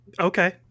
Okay